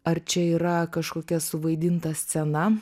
ar čia yra kažkokia suvaidinta scena